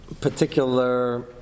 particular